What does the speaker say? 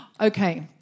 Okay